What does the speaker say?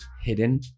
Hidden